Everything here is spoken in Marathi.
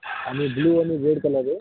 आणि ब्लू आणि रेड कलर आहे